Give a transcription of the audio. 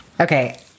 Okay